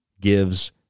gives